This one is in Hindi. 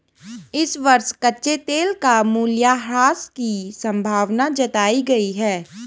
इस वर्ष कच्चे तेल का मूल्यह्रास की संभावना जताई गयी है